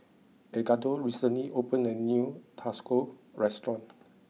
Edgardo recently opened a new Tacos restaurant